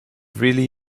really